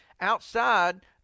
outside